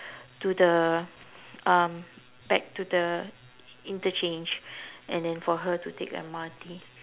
to the um back to the interchange and then for her to take the M_R_T